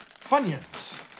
Funyuns